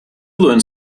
learned